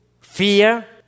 fear